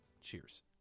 Cheers